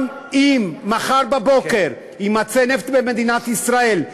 גם אם מחר בבוקר יימצא נפט במדינת ישראל,